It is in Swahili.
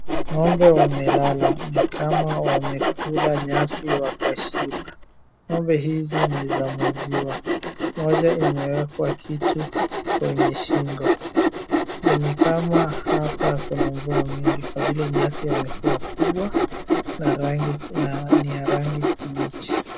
Ng'ombe wamelala ni kama wamekula nyasi wakashiba.Ng'ombe hizi ni za maziwa moja imewekwa kitu kwenye shingo ni kama hapa kuna mvua mingi kwa vile nyasi amekua kubwa na ni ya rangi kibichi.